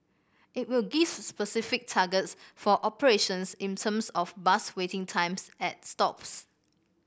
it will gives specific targets for operations in terms of bus waiting times at stops